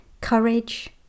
courage